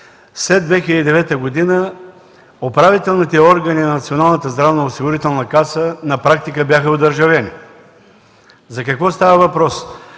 след 2009 г. управителните органи на Националната здравноосигурителна каса на практика бяха одържавени. За какво става въпрос?